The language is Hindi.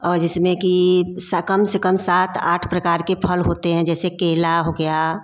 और जिसमें की कम से कम सात आठ प्रकार के फल होते हैं जैसे केला हो गया